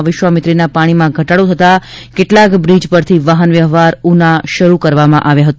વિશ્વામિત્રી પાણીમાં ઘટાડો થતાં કેટલાંક બ્રિજ પરથી વાહનવ્યવહાર ઉના શરૂ કરવામાં આવ્યો હતો